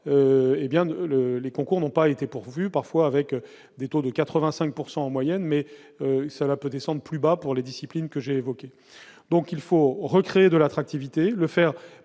les concours n'ont pas été pourvus, parfois avec des taux de 85 pourcent, en moyenne, mais ça va peut descendre plus bas pour les disciplines que j'ai évoquais donc il faut recréer de l'attractivité, le faire